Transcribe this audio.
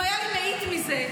אם הייתה לי מאית מזה.